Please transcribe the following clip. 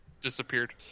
Disappeared